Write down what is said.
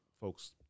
folks